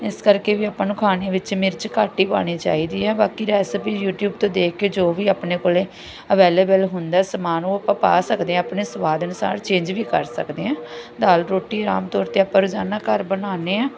ਇਸ ਕਰਕੇ ਵੀ ਆਪਾਂ ਨੂੰ ਖਾਣੇ ਵਿੱਚ ਮਿਰਚ ਘੱਟ ਹੀ ਪਾਉਣੀ ਚਾਹੀਦੇ ਆ ਬਾਕੀ ਰੈਸਪੀ ਯੂਟੀਊਬ ਤੋਂ ਦੇਖ ਕੇ ਜੋ ਵੀ ਆਪਣੇ ਕੋਲ ਅਵੇਲੇਬਲ ਹੁੰਦਾ ਸਮਾਨ ਉਹ ਆਪਾਂ ਪਾ ਸਕਦੇ ਹਾਂ ਆਪਣੇ ਸਵਾਦ ਅਨੁਸਾਰ ਚੇਂਜ ਵੀ ਕਰ ਸਕਦੇ ਹਾਂ ਦਾਲ ਰੋਟੀ ਆਮ ਤੌਰ 'ਤੇ ਆਪਾਂ ਰੋਜ਼ਾਨਾ ਘਰ ਬਣਾਉਂਦੇ ਹਾਂ